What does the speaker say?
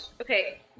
okay